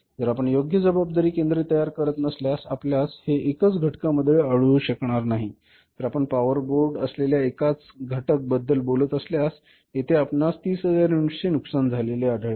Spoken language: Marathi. जर आपण योग्य जबाबदारीची केंद्रे तयार करत नसल्यास आपल्याला हे एकाच घटकामध्ये आढळू शकणार नाही जर आपण पॉवर बोर्ड असलेल्या एकाच घटक बद्दल बोलत असल्यास येथे आपणास 30000 युनिट्स चे नुकसान झालेले आढळते